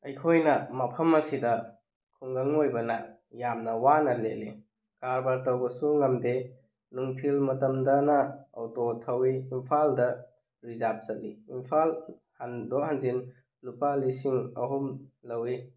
ꯑꯩꯈꯣꯏꯅ ꯃꯐꯝ ꯑꯁꯤꯗ ꯈꯨꯡꯒꯪ ꯑꯣꯏꯕꯅ ꯌꯥꯝꯅ ꯋꯥꯅ ꯂꯦꯜꯂꯤ ꯀꯔꯕꯥꯔ ꯇꯧꯕꯁꯨ ꯉꯝꯗꯦ ꯅꯨꯡꯊꯤꯜ ꯃꯇꯝꯗꯅ ꯑꯣꯇꯣ ꯊꯧꯋꯤ ꯏꯝꯐꯥꯜꯗ ꯔꯤꯖꯥꯔꯞ ꯆꯠꯂꯤ ꯏꯝꯐꯥꯜ ꯍꯟꯗꯣꯛ ꯍꯟꯖꯤꯟ ꯂꯨꯄꯥ ꯂꯤꯁꯤꯡ ꯑꯍꯨꯝ ꯂꯧꯋꯤ